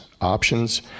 Options